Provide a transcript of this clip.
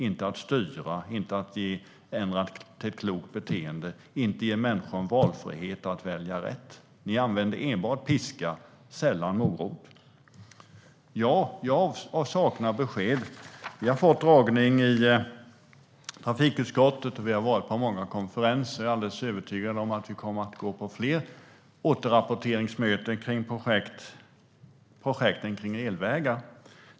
Det handlar inte om att styra, att ändra till ett klokt beteende eller att ge människor en valfrihet att välja rätt. Ni använder enbart piska och sällan morot. Jag saknar besked. Vi har fått föredragning i trafikutskottet, och vi har varit på många konferenser. Jag är alldeles övertygad om att vi kommer att gå på fler återrapporteringsmöten om projekten om elvägar.